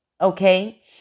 Okay